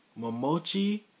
Momochi